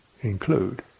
include